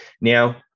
now